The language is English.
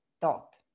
thought